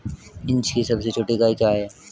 Inch की सबसे छोटी इकाई क्या है?